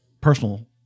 personal